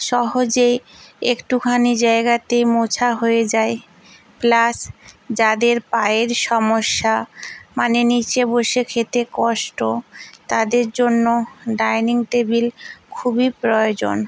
সহজেই একটুখানি জায়গাতে মোছা হয়ে যায় প্লাস যাদের পায়ের সমস্যা মানে নীচে বসে খেতে কষ্ট তাদের জন্য ডাইনিং টেবিল খুবই প্রয়োজন